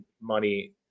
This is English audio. money